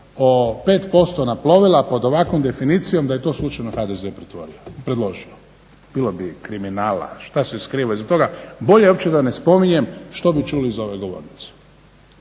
o 5% na plovila pod ovakvom definicijom da je to slučajno HDZ predložio. Bilo bi kriminala, što se skriva iza toga. Bolje je uopće da ne spominjem što bi čuli s ove govornice.